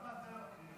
גם האנטנה מקרינה.